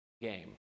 game